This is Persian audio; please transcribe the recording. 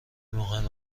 مهم